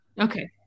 Okay